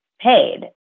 paid